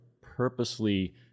purposely